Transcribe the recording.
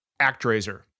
Actraiser